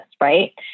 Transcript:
right